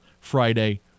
Friday